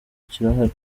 kirahari